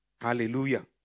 Hallelujah